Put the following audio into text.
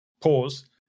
Pause